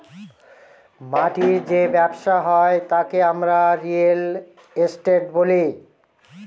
মাটির যে ব্যবসা হয় তাকে আমরা রিয়েল এস্টেট বলি